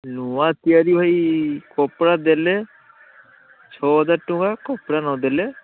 ନୂଆ ତିଆରି ଭାଇ କପଡ଼ା ଦେଲେ ଛଅ ହଜାର ଟଙ୍କା କପଡ଼ା ନଦେଲେ